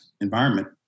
environment